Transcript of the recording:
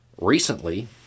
Recently